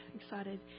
excited